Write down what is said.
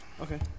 Okay